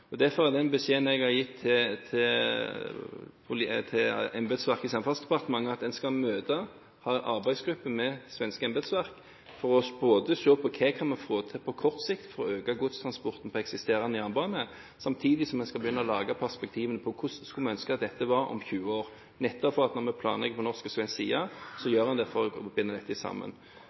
Derfor er den beskjeden jeg har gitt til embetsverket i Samferdselsdepartementet, at en skal møte og ha arbeidsgrupper med det svenske embetsverket for å se på hva vi kan få til på kort sikt for å øke godstransporten på eksisterende jernbane, samtidig som en skal begynne å lage perspektivene på hvordan vi skulle ønske at dette var om 20 år. Dette er nettopp fordi at når vi planlegger på norsk og svensk side, gjør vi det for å binde dette sammen.